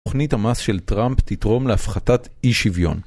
תוכנית המס של טראמפ תתרום להפחתת אי שוויון